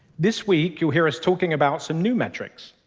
this week, you'll hear us talking about some new metrics.